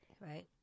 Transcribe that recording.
Right